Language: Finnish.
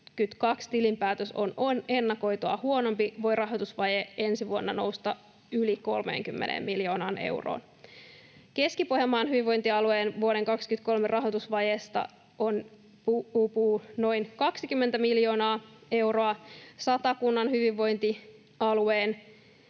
tilinpäätös on ennakoitua huonompi, voi rahoitusvaje ensi vuonna nousta yli 30 miljoonaan euroon. Keski-Pohjanmaan hyvinvointialueen vuoden 23 rahoitusvajeesta uupuu noin 20 miljoonaa euroa. Satakunnan hyvinvointialueen